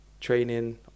training